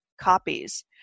copies